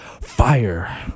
fire